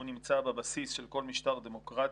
הוא נמצא בבסיס של כל משטר דמוקרטי,